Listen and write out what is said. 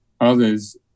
Others